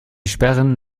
sperren